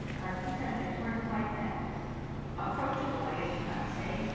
our two senators weren't quite that approachable, i guess you might say,